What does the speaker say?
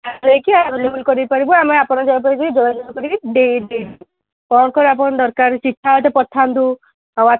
ଆମେ ନେଇକି ଆଭେଲେବଲ୍ କରାଇ ପାରିବୁ ଆମେ ଆପଣ ଯାହା କହିବେ ଦେଇ ଦେବୁ କ'ଣ କ'ଣ ଆପଣଙ୍କର ଦରକାର ଚିଠା ଗୋଟିଏ ପଠାନ୍ତୁ ଆଉ